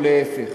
או להפך,